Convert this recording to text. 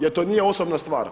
Jer to nije osobna stvar.